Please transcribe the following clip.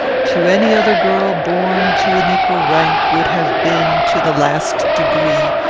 to any other girl, born to an equal rank, would have been, to the last degree,